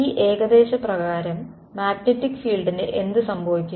ഈ ഏകദേശ പ്രകാരം മാഗ്ന്റ്റിക് ഫീൾഡിന് എന്ത് സംഭവിക്കും